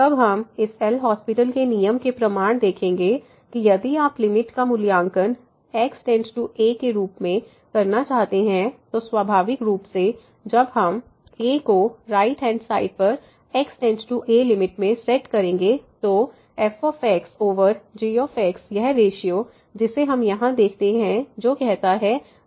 तब हम इस एल हास्पिटल LHospital के नियम के प्रमाण देखेंगे कि यदि आप लिमिट का मूल्यांकन x→aके रूप में करना चाहते हैं तो स्वाभाविक रूप से जब हम a को राइट हैंड साइड पर x→a लिमिट में सेट करेंगे तो f g यह रेश्यो जिसे हम यहां देखते हैं जो कहता f 0 है